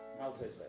Alto's